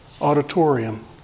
auditorium